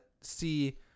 see